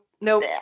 Nope